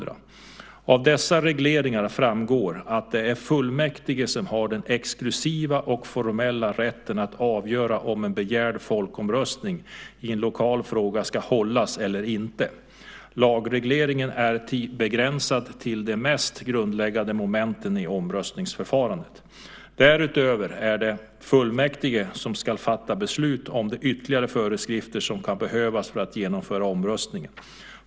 Av dessa regleringar framgår att det är fullmäktige som har den exklusiva och formella rätten att avgöra om en begärd folkomröstning i en lokal fråga ska hållas eller inte. Lagregleringen är begränsad till de mest grundläggande momenten i omröstningsförfarandet. Därutöver är det fullmäktige som ska fatta beslut om de ytterligare föreskrifter som kan behövas för att genomföra omröstningen.